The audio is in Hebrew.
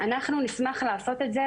אנחנו נשמח לעשות את זה,